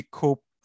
cope